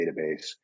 database